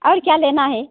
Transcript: और क्या लेना है